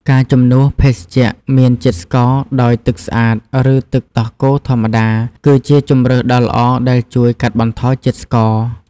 ការជំនួសភេសជ្ជៈមានជាតិស្ករដោយទឹកស្អាត ឬទឹកដោះគោធម្មតា គឺជាជម្រើសដ៏ល្អដែលជួយកាត់បន្ថយជាតិស្ករ។